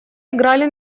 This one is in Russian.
играли